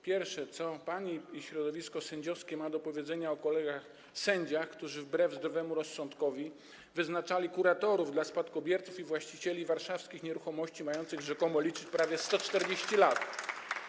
Pierwsze: Co pani i środowisko sędziowskie macie do powiedzenia o kolegach sędziach, którzy wbrew zdrowemu rozsądkowi wyznaczali kuratorów dla spadkobierców i właścicieli warszawskich nieruchomości, dla osób rzekomo mających po prawie 140 lat?